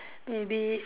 maybe